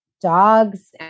dogs